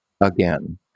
again